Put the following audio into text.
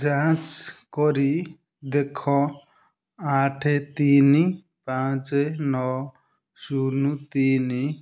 ଯାଞ୍ଚ୍ କରି ଦେଖ ଆଠ ତିନି ପାଞ୍ଚ ନଅ ଶୂନ ତିନି